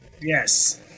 Yes